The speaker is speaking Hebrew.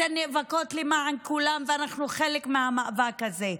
אתן נאבקות למען כולן ואנחנו חלק מהמאבק הזה.